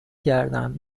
کردم